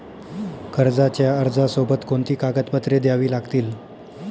कर्जाच्या अर्जासोबत कोणती कागदपत्रे द्यावी लागतील?